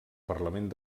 parlament